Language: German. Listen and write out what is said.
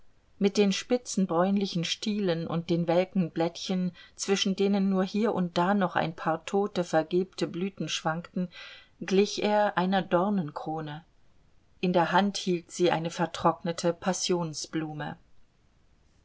mit den spitzen bräunlichen stielen und den welken blättchen zwischen denen nur hier und da noch ein paar tote vergilbte blüten schwankten glich er einer dornenkrone in der hand hielt sie eine vertrocknete passionsblume